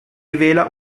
rivela